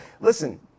Listen